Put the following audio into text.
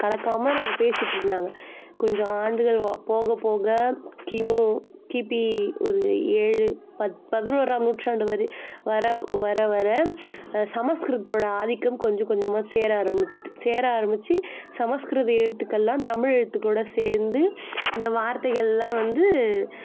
கலக்காமல் நம்ம பேசிகிட்ருந்தாங்க கொஞ்சம் ஆண்டுகள் போக போக கிமு கிபி ஒரு ஏழு பத் பதினோறாம் நூற்றாண்டு வரி வர வர வர சமஸ்கிருதத்தோடய ஆதிக்கம் கொஞ்சம் கொஞ்சமாக சேர ஆரமித்தது சேர ஆரமித்து சமஸ்கிருத எழுத்துக்களெல்லாம் தமிழ் எழுத்துக்களோடய சேர்ந்து இந்த வார்த்தைகளெல்லாம் வந்து